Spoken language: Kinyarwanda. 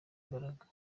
imbaraga